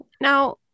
Now